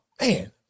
man